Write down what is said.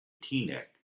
teaneck